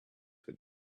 with